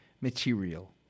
material